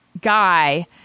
guy